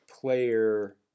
player